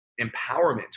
empowerment